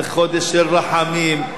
זה חודש של רחמים.